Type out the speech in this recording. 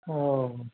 ओ